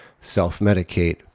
self-medicate